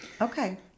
Okay